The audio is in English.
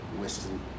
western